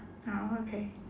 ah okay